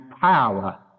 power